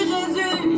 Jésus